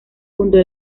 fundó